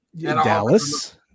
Dallas